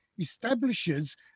establishes